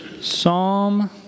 Psalm